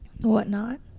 whatnot